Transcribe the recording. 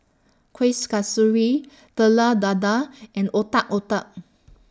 Kueh Kasturi Telur Dadah and Otak Otak